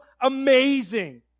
amazing